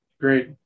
great